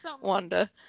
wanda